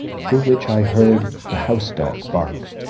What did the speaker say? through which i heard the house-dog bark.